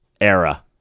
era